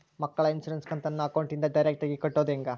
ಮಕ್ಕಳ ಇನ್ಸುರೆನ್ಸ್ ಕಂತನ್ನ ಅಕೌಂಟಿಂದ ಡೈರೆಕ್ಟಾಗಿ ಕಟ್ಟೋದು ಹೆಂಗ?